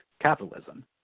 capitalism